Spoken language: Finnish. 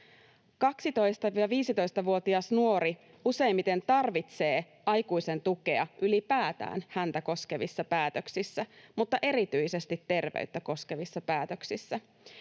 12–15-vuotias nuori useimmiten tarvitsee aikuisen tukea ylipäätään häntä koskevissa päätöksissä mutta erityisesti terveyttä koskevissa päätöksissä.